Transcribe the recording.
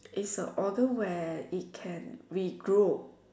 is an organ where it can regrow